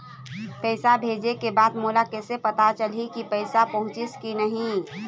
पैसा भेजे के बाद मोला कैसे पता चलही की पैसा पहुंचिस कि नहीं?